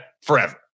forever